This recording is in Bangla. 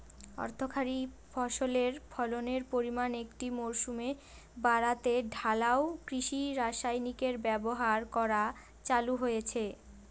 অর্থকরী ফসলের ফলনের পরিমান একটি মরসুমে বাড়াতে ঢালাও কৃষি রাসায়নিকের ব্যবহার করা চালু হয়েছে